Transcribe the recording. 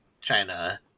China